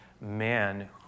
man